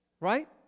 Right